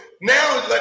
now